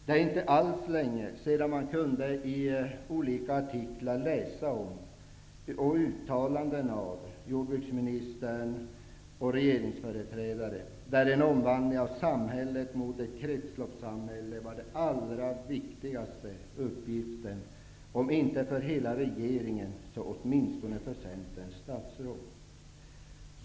Det är inte alls länge sedan som man kunde läsa artiklar med uttalanden av jordbruksministern och regeringsföreträdare om att en omvandling av samhället mot ett kretsloppssamhälle var den allra viktigaste uppgiften, om inte för hela regeringen så åtminstone för Centerns statsråd.